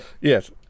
yes